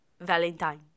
valentine